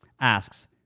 asks